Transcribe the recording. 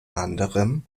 anderem